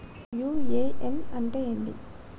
UAN అంటే ఏంది?